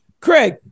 Craig